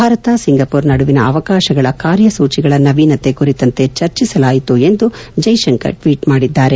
Bharat Singapore ನಡುವಿನ ಅವಕಾಶಗಳ ಕಾರ್ಯಸೂಚಿಗಳ ನವೀನತೆ ಕುರಿತಂತೆ ಚರ್ಚಿಸಲಾಯಿತು ಎಂದು ಜೈಶಂಕರ್ ಟ್ಲೀಟ್ ಮಾಡಿದ್ಲಾರೆ